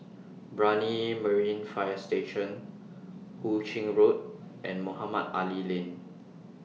Brani Marine Fire Station Hu Ching Road and Mohamed Ali Lane